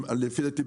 לפי דעתי,